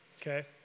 Okay